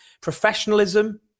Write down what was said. professionalism